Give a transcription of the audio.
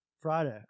Friday